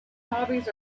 hobbies